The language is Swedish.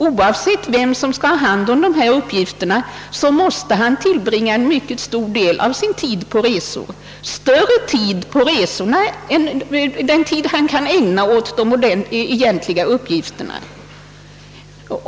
Oavsett vem som skall ha hand om dessa uppgifter, så måste han tillbringa en mycket stor del av sin tid på resor, ja, mera tid på resorna än den han kan ägna åt sina egentliga uppgifter.